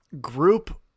group